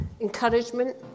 encouragement